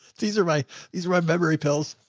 these are my, these are my memory pills.